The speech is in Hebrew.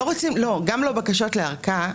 גם לא בקשות לארכה,